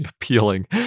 appealing